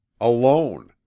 alone